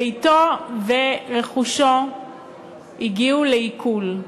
ביתו ורכושו הגיעו לעיקול,